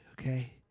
okay